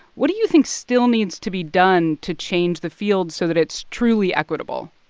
what do you think still needs to be done to change the field so that it's truly equitable?